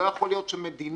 לא יכול להיות שמדינות